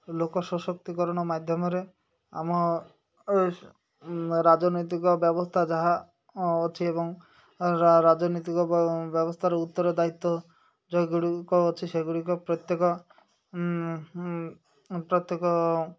ଲୋକ ସଶକ୍ତିକରଣ ମାଧ୍ୟମରେ ଆମ ରାଜନୈତିକ ବ୍ୟବସ୍ଥା ଯାହା ଅଛି ଏବଂ ରାଜନୈତିକ ବ୍ୟବସ୍ଥାର ଉତ୍ତର ଦାୟିତ୍ୱ ଯେଗୁଡ଼ିକ ଅଛି ସେଗୁଡ଼ିକ ପ୍ରତ୍ୟେକ ପ୍ରତ୍ୟେକ